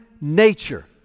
nature